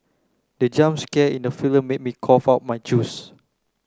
the jump scare in the film made me cough out my juice